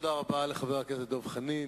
תודה רבה לחבר הכנסת דב חנין.